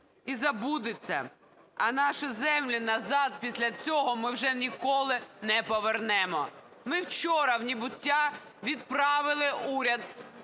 і забудеться. А наші землі назад після цього ми вже ніколи не повернемо! Ми вчора в небуття відправили уряд